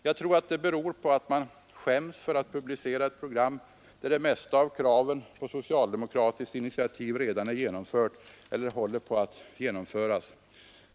Jag tror att det beror på att man skäms för att publicera ett program där det mesta av kraven på socialdemokratiskt initiativ redan är genomfört eller håller på att genomföras.